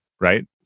right